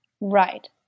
Right